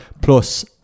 plus